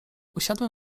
usiadłem